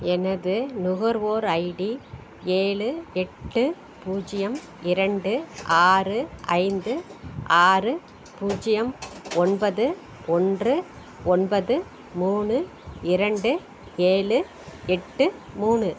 எனது நுகர்வோர் ஐடி ஏழு எட்டு பூஜ்ஜியம் இரண்டு ஆறு ஐந்து ஆறு பூஜ்ஜியம் ஒன்பது ஒன்று ஒன்பது மூணு இரண்டு ஏழு எட்டு மூணு